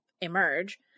eMERGE